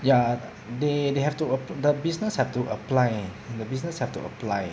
ya they they have to a~ the business have to apply the business have to apply